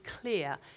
clear